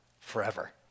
forever